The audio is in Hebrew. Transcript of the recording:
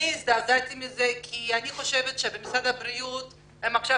אני הזדעזעתי מזה כי אני חושבת שבמשרד הבריאות הם עכשיו